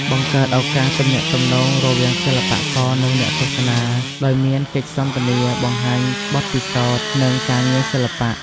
បង្កើតឱកាសទំនាក់ទំនងរវាងសិល្បករ និងអ្នកទស្សនា ដោយមានកិច្ចសន្ទនាបង្ហាញបទពិសោធន៍ និងការងារសិល្បៈ។